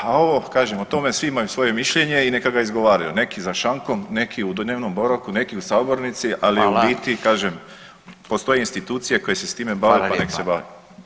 A ovo kažem o tome imaju svi svoje mišljenje i neka ga izgovaraju, neki za šankom, neki u dnevnom boravku, neki u sabornici, ali u biti [[Upadica Radin: Hvala.]] kažem postoje institucije koje se s time bave pa nek se bave.